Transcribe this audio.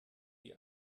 die